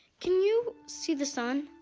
can you see the sun?